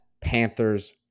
Panthers